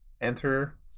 Enter